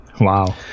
Wow